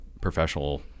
Professional